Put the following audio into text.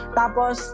tapos